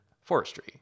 forestry